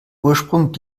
ursprung